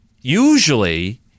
usually